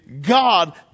God